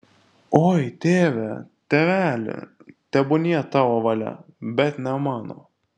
oi tėve tėveli tebūnie tavo valia bet ne mano